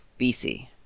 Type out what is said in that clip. bc